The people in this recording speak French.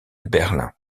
berlin